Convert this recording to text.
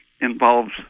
involves